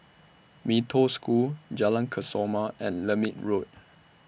Mee Toh School Jalan Kesoma and Lermit Road